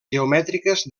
geomètriques